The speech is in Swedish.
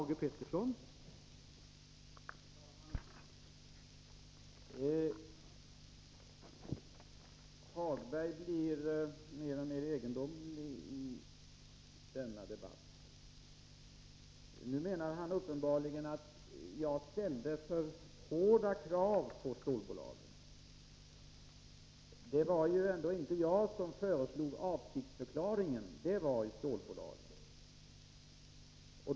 Herr talman! Hagberg blir mer och mer egendomlig i denna debatt. Nu menar han uppenbarligen att jag ställde för hårda krav på stålbolagen. Det var ändå inte jag som föreslog avsiktsförklaringen, utan det gjorde stålbolagen.